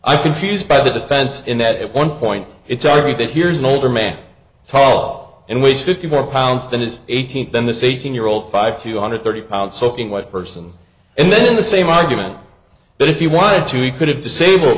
i confused by the defense in that at one point it's argued that here's an older man tall and weighs fifty more pounds than his eighteenth than this eighteen year old five two hundred thirty pounds soaking wet person and then the same argument that if you wanted to he could have disabled